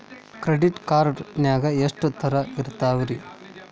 Credit card ನಾಗ ಎಷ್ಟು ತರಹ ಇರ್ತಾವ್ರಿ?